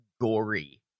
gory